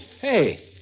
Hey